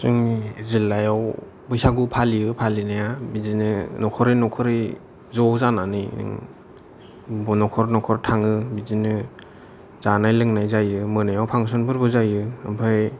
जोंनि जिल्लायाव बैसागु फालियो फालिनाया बिदिनो न'खरै न'खरै ज' जानानै न'खर न'खर थाङो बिदिनो जानाय लोंनाय जायो मोनायाव फांसनफोरबो जायो ओमफाय